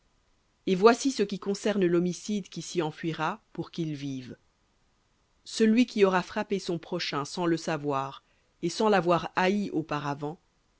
et voici ce qui concerne l'homicide qui s'y enfuira pour qu'il vive celui qui aura frappé son prochain sans le savoir et sans l'avoir haï auparavant